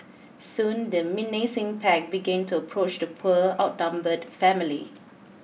soon the menacing pack began to approach the poor outnumbered family